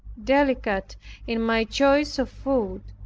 delicate in my choice of food,